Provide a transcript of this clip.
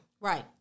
Right